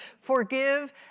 Forgive